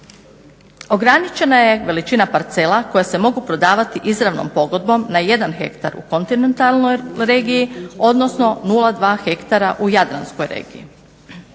Ograničena je veličina parcela koje se mogu prodavati izravnom pogodbom na jedan hektar u kontinentalnoj regiji, odnosno 0,2 hektar u jadranskoj regiji.